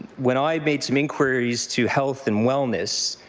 when i made some inquiries to health and wellness,